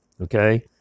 Okay